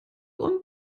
und